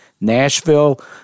nashville